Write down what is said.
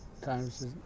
times